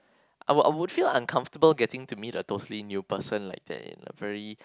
I would I would feel uncomfortable getting to meet a totally new person like that in a very